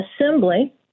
assembly